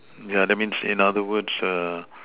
yeah that means in other words uh